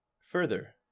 Further